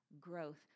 growth